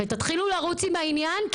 ותתחילו לרוץ עם העניין,